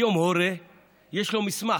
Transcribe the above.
היום להורה יש מסמך,